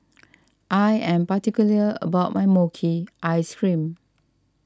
I am particular about my Mochi Ice Cream